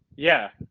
yeah.